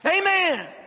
Amen